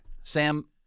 Sam